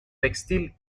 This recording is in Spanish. textil